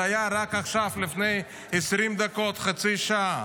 זה היה רק עכשיו, לפני 20 דקות, חצי שעה.